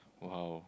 !wow!